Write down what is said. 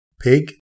Pig